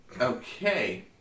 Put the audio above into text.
Okay